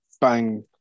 bang